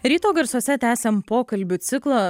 ryto garsuose tęsiam pokalbių ciklą